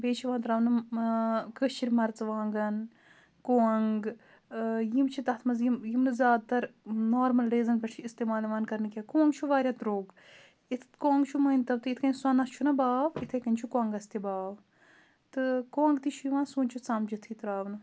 بیٚیہِ چھِ یِوان تراونہٕ کٲشِر مرژٕوانٛگن کۄنٛگ یِم چھِ تَتھ منٛز یِم یِم نہٕ زیادٕ تَر نارمَل ڈیزَن پٮ۪ٹھ چھِ اِستعمال یِوان کَرنہٕ کینٛہہ کوٚنٛگ چھُ واریاہ درٛوٚگ یِتھ کۄنٛگ چھُ مٲنۍ تَو تُہۍ یِتھ کٔنۍ سۄنَس چھُنہ باو اِتھَے کٔنۍ چھُ کۄنٛگَس تہِ باو تہٕ کۄنٛگ تہِ چھُ یِوان سوٗنچِتھ سَمجِتھٕے ترٛاونہٕ